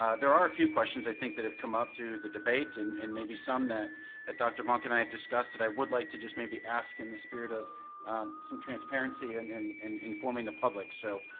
ah there are a few questions i think that have come up through the debate, and and maybe some that that doctor vonck and i have discussed that i would like to just maybe ask in the spirit of some transparency and and and informing the public, so,